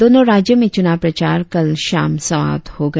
दोनों राज्यों में चुनाव प्रचार कल शाम समाप्त हो गया